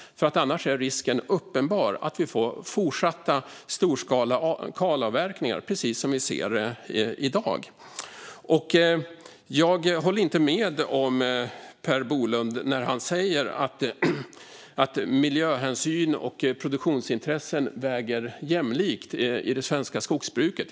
Annars är risken uppenbar för att vi får fortsatta storskaliga kalavverkningar, precis som vi ser i dag. Jag håller inte med Per Bolund när han säger att miljöhänsyn och produktionsintressen är jämlika i det svenska skogsbruket.